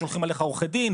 שולחים עליך עורכי דין,